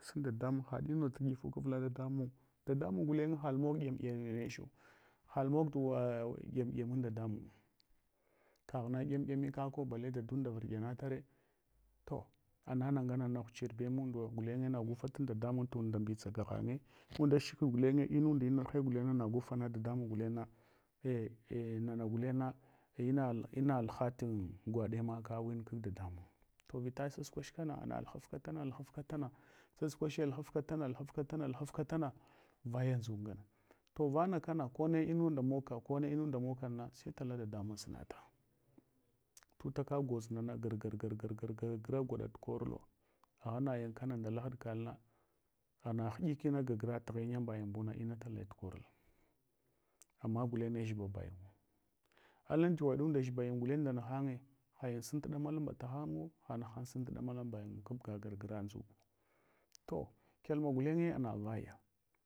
Sun dadamun hdinunda tuɗifuku avla dadamun. Dadamun gulen nal mog ɗyamɗyam mechu. Hal mog tu ɗyam ɗyamun dadadmungu/ kghna ɗyam ɗyamu kako bale dadunda virɗyan ne. to anana nganana ghuchbe mumɗu wa gulnye nagu futan dadamun tund nda mbitsaka ghanye. Unda shakweɗ gulenye, inunda inarhe gulena nagu fana dadamun guleng, nana guleng na luha tugwaɗe maka win kag dadamun. To vita saskwach kana na na uhafka tna luhafka tana, saskwahe luhafkata na luhafka tana vaya ndʒuk ngana. To vanakana, kone inunda mog ka kone inunda mogkana sai tala dadamun sunata. Tutaka gwoznana gowgaw, gar gar gara gwada tukorulo. Agha nayin kana ndala haɗkaln, ana hiɗikina gagrat ghenyan mbayin buna inatale koral. Ama. Gulenye jeba bayinwo. Alan dugheɗinda jebayin gulen nan nahanye, hayin sun tu ɗamala mbala hanguwo, hahahang sun ɗamala mbayinnivu kabga gargar ndʒuka. To kyalma gidanya anavaya.